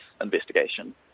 investigation